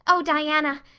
oh, diana,